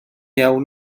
iawn